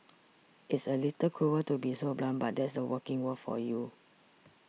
it's a little cruel to be so blunt but that's the working world for you